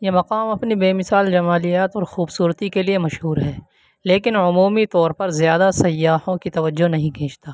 یہ مقام اپنے بے مثال جمالیات خوبصورتی کے لیے مشہور ہے لیکن عمومی طور پر زیادہ سیاحوں کی توجہ نہیں کھینچتا